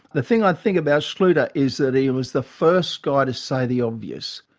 the thing, i think, about schluter is that he was the first guy to say the obvious